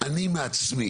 אני מעצמי